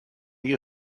you